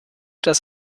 das